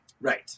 Right